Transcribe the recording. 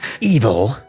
Evil